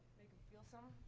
feel so